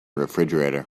refrigerator